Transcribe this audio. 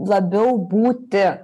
labiau būti